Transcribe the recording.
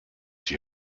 die